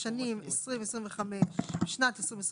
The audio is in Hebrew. בשנת 2025